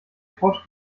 couch